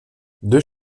deux